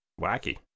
wacky